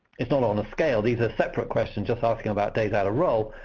it's not on a scale these are separate questions just asking about days out of role,